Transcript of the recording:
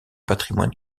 patrimoine